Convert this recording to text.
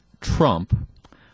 Trump